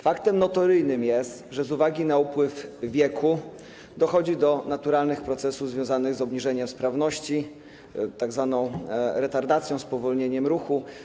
Faktem notoryjnym jest, że z uwagi na upływ lat dochodzi do naturalnych procesów związanych z obniżeniem sprawności, tzw. retardacji, spowolnienia ruchów.